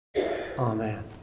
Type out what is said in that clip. Amen